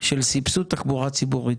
של סבסוד תחבורה ציבורית?